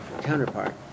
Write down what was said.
counterpart